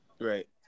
Right